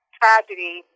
tragedy